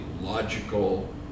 logical